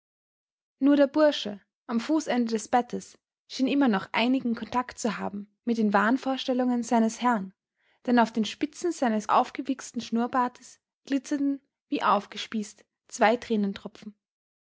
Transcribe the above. nur der bursche am fußende des bettes schien immer noch einigen kontakt zu haben mit den wahnvorstellungen seines herrn denn auf den spitzen seines aufgewichsten schnurrbartes glitzerten wie aufgespießt zwei